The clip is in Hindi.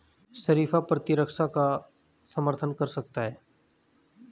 शरीफा प्रतिरक्षा का समर्थन कर सकता है